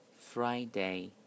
Friday